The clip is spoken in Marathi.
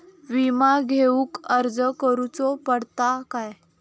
विमा घेउक अर्ज करुचो पडता काय?